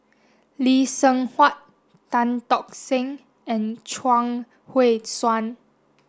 Lee Seng Huat Tan Tock Seng and Chuang Hui Tsuan